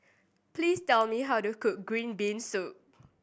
please tell me how to cook green bean soup